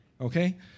Okay